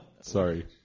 Sorry